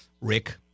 Rick